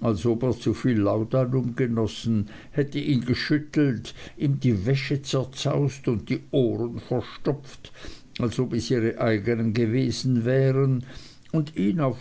als ob er zuviel laudanum genossen hätte ihn geschüttelt ihm die wäsche zerzaust und die ohren verstopft als ob es ihre eignen gewesen wären und ihn auf